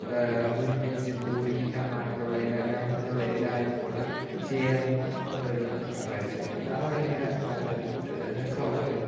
ഒരുമിച്ച് കൂടി ആ നാട്ടിലുള്ള എല്ല ഗ്രാമത്തിലുള്ള എല്ലാവരും കുടെ ചേര്ന്ന് ഒരു നൃത്തം കാഴ്ച വയ്ക്കും അത് ഭയങ്കര നല്ല ഒരു രസമുള്ള ഒരു